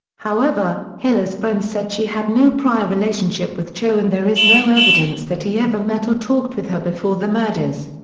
however, hilscher's friends said she had no prior relationship with cho and there is no evidence that he ever met or talked with her before the murders.